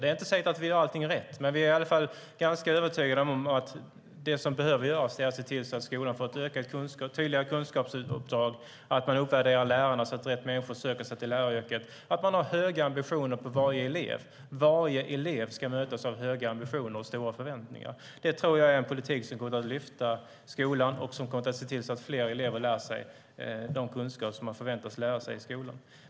Det är inte säkert att vi gör allting rätt, men vi är i alla fall ganska övertygade om att det som behöver göras är att se till att skolan får ett tydligare kunskapsuppdrag, att uppvärdera lärarna så att rätt människor söker sig till läraryrket och att ha höga ambitioner på varje elev. Varje elev ska mötas av höga ambitioner och stora förväntningar. Jag tror att det är en politik som kommer att lyfta skolan och kommer att se till att fler elever lär sig det som man förväntas lära sig i skolan.